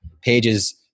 pages